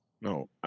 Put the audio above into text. No